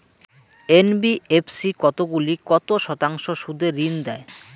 NBFC কতগুলি কত শতাংশ সুদে ঋন দেয়?